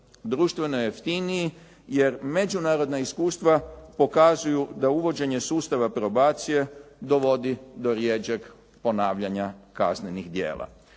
Društveno je jeftiniji jer međunarodna iskustva pokazuju da uvođenje sustava probacije dovodi do rjeđeg ponavljanja kaznenih djela.